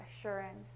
assurance